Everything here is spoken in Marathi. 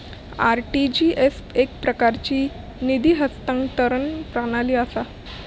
आर.टी.जी.एस एकप्रकारची निधी हस्तांतरण प्रणाली असा